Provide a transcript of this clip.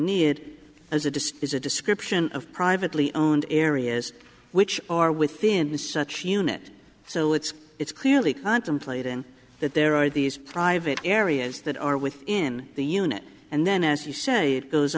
need as a disk is a description of privately owned areas which are within such a unit so it's it's clearly contemplate in that there are these private areas that are within the unit and then as you say it goes